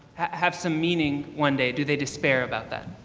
have some meaning one day. do they despair about that?